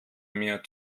mir